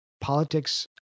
politics